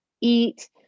eat